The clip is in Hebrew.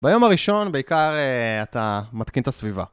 ביום הראשון בעיקר אתה מתקין את הסביבה.